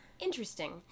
Interesting